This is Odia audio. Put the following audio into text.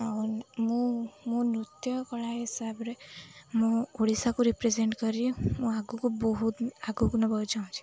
ଆଉ ମୁଁ ମୁଁ ନୃତ୍ୟ କଳା ହିସାବରେ ମୁଁ ଓଡ଼ିଶାକୁ ରିପ୍ରେଜେଣ୍ଟ୍ କରି ମୁଁ ଆଗକୁ ବହୁତ ଆଗକୁ ନେବାକୁ ଚାହୁଁଛି